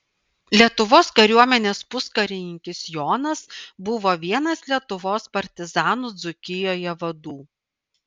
lietuvos kariuomenės puskarininkis jonas buvo vienas lietuvos partizanų dzūkijoje vadų